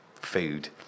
food